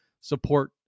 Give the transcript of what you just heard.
support